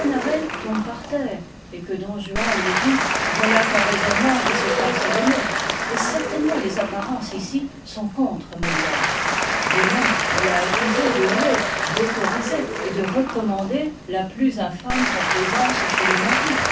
par terre et que don juan lui dit voilà ton raisonnement qui se casse le nez et certainement les apparences ici sont contre molière de même on l'a accusé de louer d'autoriser et de recommander la plus infâme complaisance chez les maris